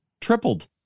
tripled